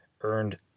Earned